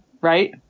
right